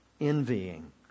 envying